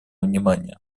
внимание